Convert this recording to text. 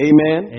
Amen